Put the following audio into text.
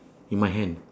in my hand